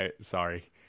Sorry